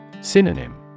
Synonym